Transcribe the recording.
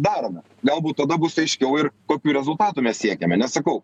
darome galbūt tada bus aiškiau ir kokių rezultatų mes siekiame nes sakau